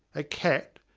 a cat,